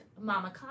Mama